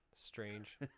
Strange